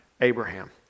Abraham